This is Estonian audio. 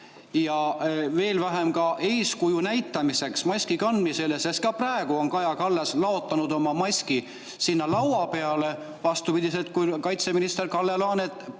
veel vähem eeskuju näitamiseks maski kandmisel. Ka praegu on Kaja Kallas laotanud oma maski sinna laua peale, vastupidiselt kaitseminister Kalle Laanetile,